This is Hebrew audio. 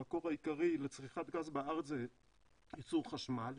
המקור העיקרי לצריכת גז בארץ זה ייצור חשמל,